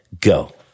go